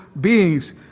beings